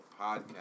podcast